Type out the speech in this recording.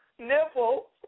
Nipple